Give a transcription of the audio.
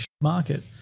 market